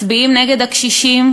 מצביעים נגד הקשישים,